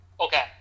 Okay